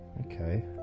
okay